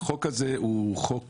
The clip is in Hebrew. החוק הזה הוא חוק